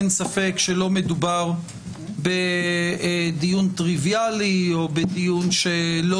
אין ספק שלא מדובר בדיון טריוויאלי או בדיון שלא